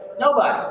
nobody.